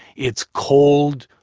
it's cold,